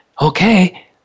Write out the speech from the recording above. okay